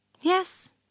Yes